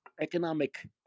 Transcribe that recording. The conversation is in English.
economic